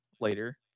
later